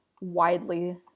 widely